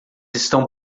estão